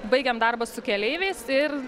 baigiam darbą su keleiviais ir